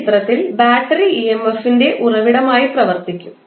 ഈ ചിത്രത്തിൽ battery emf ൻറെ ഉറവിടമായി പ്രവർത്തിക്കും